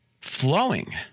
flowing